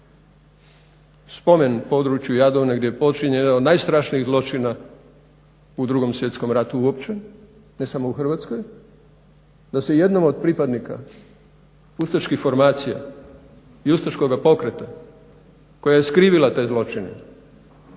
spomen području Jadovne gdje je počinjen jedan od najstrašnijih zločina u 2. svjetskom ratu uopće, ne samo u Hrvatskoj, da se jednom od pripadnika ustaških formacija i ustaškoga pokreta koja je skrivila te zločine,